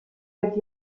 wird